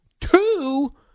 two